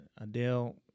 Adele